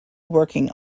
working